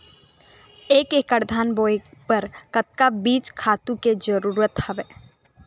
एक एकड़ धान बोय बर कतका बीज खातु के जरूरत हवय?